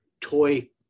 toy